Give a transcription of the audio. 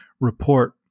report